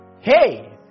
Hey